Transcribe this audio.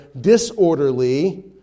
disorderly